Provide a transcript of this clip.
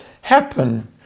happen